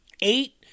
Eight